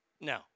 No